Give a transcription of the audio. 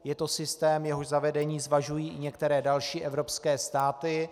Je to systém, jehož zavedení zvažují i některé další evropské státy.